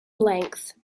length